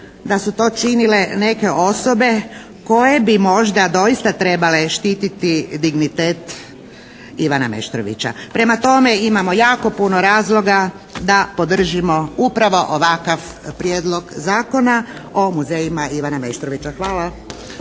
da su to činile neke osobe koje bi možda doista trebale štititi dignitet Ivana Meštrovića. Prema tome, imamo jako puno razloga da podržimo upravo ovakav Prijedlog zakona o muzejima "Ivana Meštrovića". Hvala.